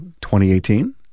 2018